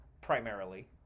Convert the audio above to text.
primarily